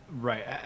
Right